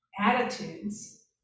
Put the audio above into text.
attitudes